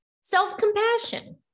self-compassion